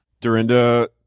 Dorinda